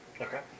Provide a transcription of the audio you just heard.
Okay